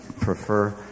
prefer